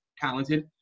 talented